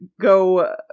go